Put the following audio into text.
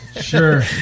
Sure